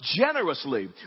Generously